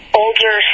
older